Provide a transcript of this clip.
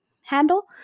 handle